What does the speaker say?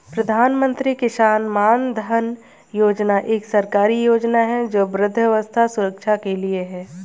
प्रधानमंत्री किसान मानधन योजना एक सरकारी योजना है जो वृद्धावस्था सुरक्षा के लिए है